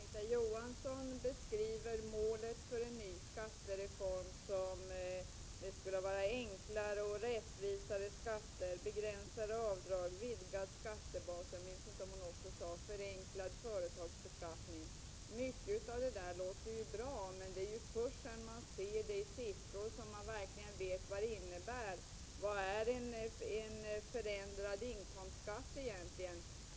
Herr talman! Anita Johansson beskriver målen för en ny skattereform så att vi skall få ett enklare och rättvisare skattesystem, begränsade avdrag, breddad skattebas. Jag minns inte om hon också nämnde förenklad företagsbeskattning. Mycket av det låter bra. Men det är först sedan man sett det hela i siffror som man vet vad det verkligen innebär. Vad är en förändrad inkomstskatt?